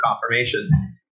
confirmation